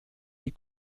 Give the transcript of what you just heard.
die